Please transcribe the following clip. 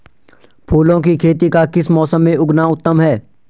फूलों की खेती का किस मौसम में उगना उत्तम है?